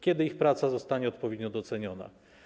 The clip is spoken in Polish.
Kiedy ich praca zostanie odpowiednio doceniona?